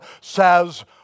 says